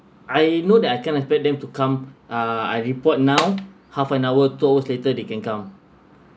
I know that I can't expect them to come uh I report now half an hour two hours later they can come